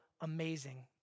amazing